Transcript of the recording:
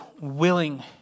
willing